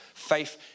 Faith